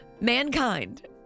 Mankind